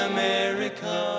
America